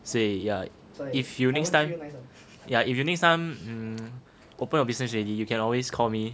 所以 yeah if you next time yeah if you next time mm open a business already you can always call me